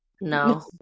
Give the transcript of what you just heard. No